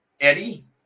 Eddie